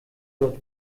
dort